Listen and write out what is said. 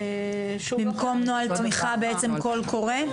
במקום נוהל תמיכה בעצם קול קורא?